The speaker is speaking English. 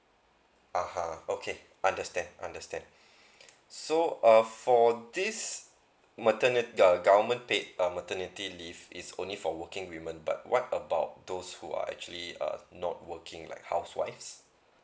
(uh huh) okay understand understand so uh for this maternity uh government paid uh maternity leave is only for working women but what about those who are actually uh not working like housewives